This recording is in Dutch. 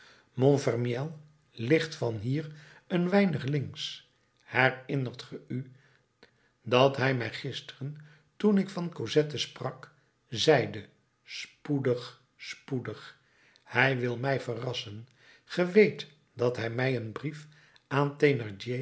montfermeil ligt van hier een weinig links herinnert ge u dat hij mij gisteren toen ik van cosette sprak zeide spoedig spoedig hij wil mij verrassen ge weet dat hij mij een brief aan